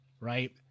right